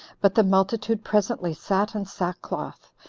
but the multitude presently sat in sackcloth,